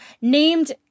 named